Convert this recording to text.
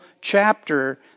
chapter